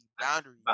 Boundaries